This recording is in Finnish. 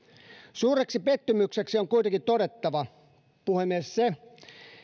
suureksi pettymykseksi on kuitenkin todettava puhemies se